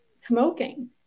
Smoking